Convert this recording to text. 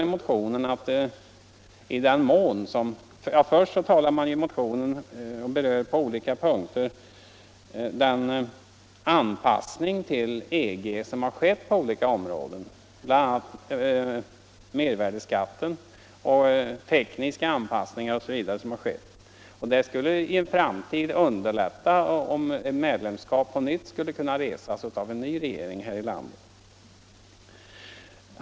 I m.m. motionen berörs den anpassning till EG som har skett på olika områden — mervärdeskatten, tekniska anpassningar osv. Den anpassningen skulle i en framtid kunna underlätta ett medlemskap, om den frågan skulle resas av en ny regering här i landet.